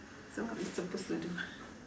so what we supposed to do